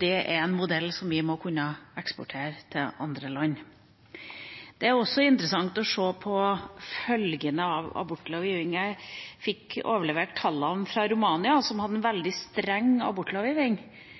Det er en modell som vi må kunne eksportere til andre land. Det er også interessant å se på følgene av abortlovgivningen. Jeg fikk overlevert tallene fra Romania, som hadde en veldig streng abortlovgivning